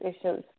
issues